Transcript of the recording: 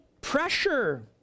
pressure